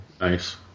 Nice